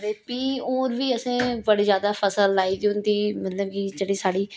ते फ्ही होर बी असें बड़े ज्यादा फसल लाई दी होंदी मतलब कि जेह्ड़ी साढ़ी